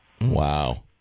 Wow